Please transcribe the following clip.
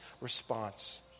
response